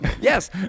yes